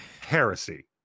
Heresy